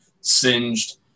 singed